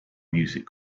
music